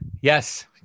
Yes